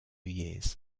years